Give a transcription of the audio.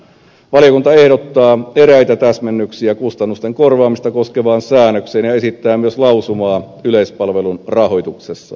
valiokunta ehdottaa eräitä täsmennyksiä kustannusten korvaamista koskevaan säännökseen ja esittää myös lausumaa yleispalvelun rahoituksesta